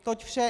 Toť vše.